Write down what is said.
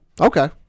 Okay